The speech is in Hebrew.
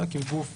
הוא גוף